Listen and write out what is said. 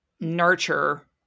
nurture